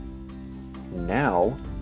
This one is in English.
Now